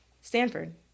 Stanford